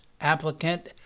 applicant